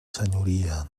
senyoria